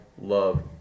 love